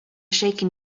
shaking